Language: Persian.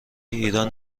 ایران